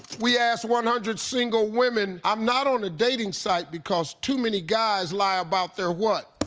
we asked one hundred single women. i'm not on a dating site because too many guys lie about their what?